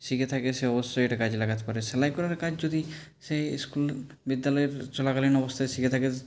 শিখে থাকে সে অবশ্যই এটা কাজে লাগাতে পারে সেলাই করার কাজ যদি সে ইস্কুল বিদ্যালয়ের চলাকালীন অবশ্যই শিখে থাকে